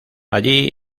allí